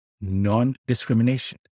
Non-discrimination